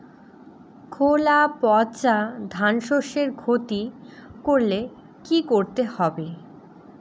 খোলা পচা ধানশস্যের ক্ষতি করলে কি করতে হবে?